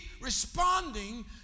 responding